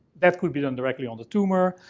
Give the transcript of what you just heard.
that could be done directly on the tumor.